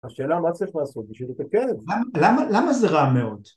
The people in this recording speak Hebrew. השאלה היא מה צריך לעשות בשביל לתקן את זה? למה זה רע מאוד?